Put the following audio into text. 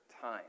time